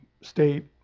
state